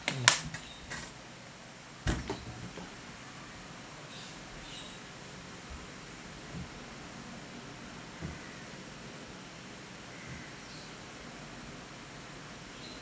mm